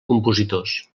compositors